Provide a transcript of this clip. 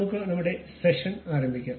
നമുക്ക് നമ്മുടെ സെഷൻ ആരംഭിക്കാം